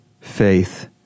faith